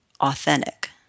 authentic